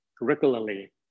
regularly